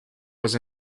was